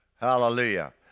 Hallelujah